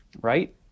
right